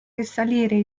risalire